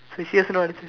also know how to say